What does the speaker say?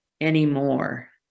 anymore